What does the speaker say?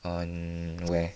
on where